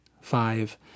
Five